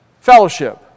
Fellowship